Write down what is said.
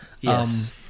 Yes